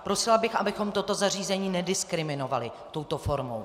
Prosila bych, abychom toto zařízení nediskriminovali touto formou.